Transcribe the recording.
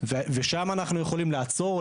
ושם אנחנו יכולים לעצור,